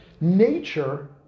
Nature